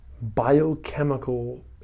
biochemical